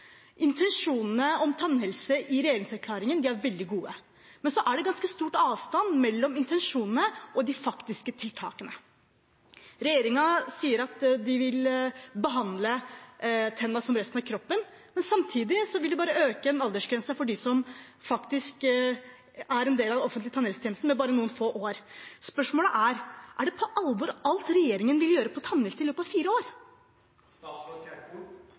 Intensjonene om tannhelse i regjeringserklæringen er veldig gode, men så er det ganske stor avstand mellom intensjonene og de faktiske tiltakene. Regjeringen sier at den vil behandle tennene som resten av kroppen, men samtidig vil den øke aldersgrensen for dem som faktisk er en del av den offentlige tannhelsetjenesten, med bare noen få år. Spørsmålet er: Er det, på alvor, alt regjeringen vil gjøre på tannhelse i løpet av fire